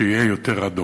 שיהיה יותר אדום.